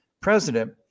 President